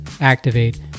activate